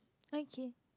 okay